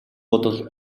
бодол